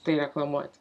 tai reklamuoti